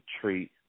treat